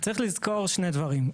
צריך לזכור שני דברים.